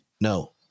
no